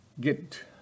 get